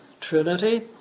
Trinity